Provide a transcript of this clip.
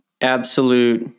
absolute